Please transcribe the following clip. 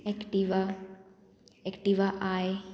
Activa Activa I